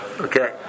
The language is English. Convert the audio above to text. Okay